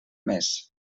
més